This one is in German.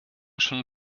schon